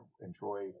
Enjoy